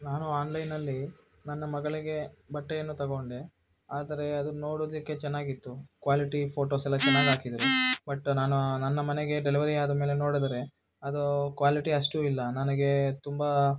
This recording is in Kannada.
ನಾನು ಆನ್ಲೈನಲ್ಲಿ ನನ್ನ ಮಗಳಿಗೆ ಬಟ್ಟೆಯನ್ನು ತಗೊಂಡೆ ಆದರೆ ಅದು ನೋಡಲಿಕ್ಕೆ ಚೆನ್ನಾಗಿತ್ತು ಕ್ವಾಲಿಟಿ ಫೋಟೋಸೆಲ್ಲ ಚೆನ್ನಾಗಾಕಿದ್ದರು ಬಟ್ ನಾನು ನನ್ನ ಮನೆಗೆ ಡೆಲಿವರಿ ಆದಮೇಲೆ ನೋಡಿದರೆ ಅದು ಕ್ವಾಲಿಟಿ ಅಷ್ಟು ಇಲ್ಲ ನನಗೆ ತುಂಬ